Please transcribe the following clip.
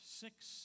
six